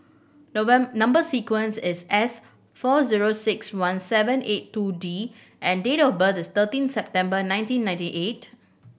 number sequence is S four zero six one seven eight two D and date of birth is thirteen September nineteen ninety eight